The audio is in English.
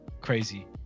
crazy